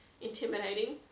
intimidating